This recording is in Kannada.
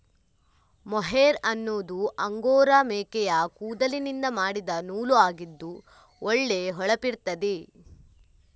ಮೊಹೇರ್ ಅನ್ನುದು ಅಂಗೋರಾ ಮೇಕೆಯ ಕೂದಲಿನಿಂದ ಮಾಡಿದ ನೂಲು ಆಗಿದ್ದು ಒಳ್ಳೆ ಹೊಳಪಿರ್ತದೆ